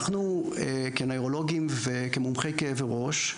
אנחנו כנוירולוגים וכמומחי כאבי ראש,